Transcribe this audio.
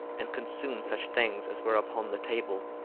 and consumed such things as were upon the table.